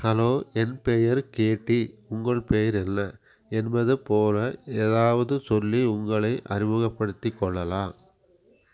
hello என் பெயர் Katie உங்கள் பெயர் என்ன என்பது போல் ஏதாவது சொல்லி உங்களை அறிமுகப்படுத்திக் கொள்ளலாம்